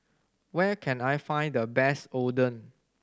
where can I find the best Oden